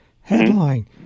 headline